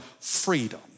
freedom